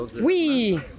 Oui